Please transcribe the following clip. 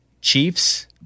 Chiefs